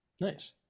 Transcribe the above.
Nice